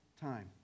time